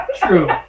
true